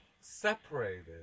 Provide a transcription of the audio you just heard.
separated